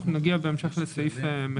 אנחנו נגיע בהמשך לסעיף מחיקת הדוחות.